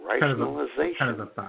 rationalization